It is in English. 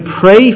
pray